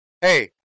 hey